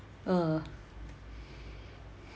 uh